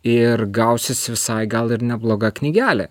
ir gausis visai gal ir nebloga knygelė